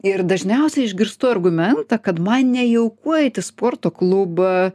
ir dažniausiai išgirstu argumentą kad man nejauku eit į sporto klubą